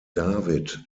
david